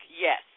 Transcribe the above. yes